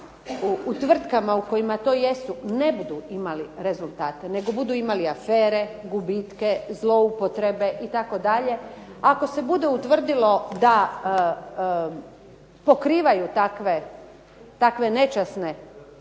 u tvrtkama u kojima to jesu ne budu imali rezultate nego budu imali afere, gubitke, zloupotrebe itd., ako se bude utvrdilo da pokrivaju takve nečasne